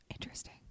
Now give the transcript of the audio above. Interesting